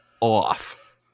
off